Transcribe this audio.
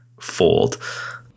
fold